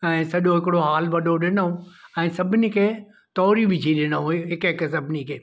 ऐं सॼो हिकिड़ो हॉल वॾो ॾिनों ऐं सभिनि खे तोड़ियूं विझी ॾिनी हिकु हिकु सभिनि खे